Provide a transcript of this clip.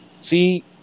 See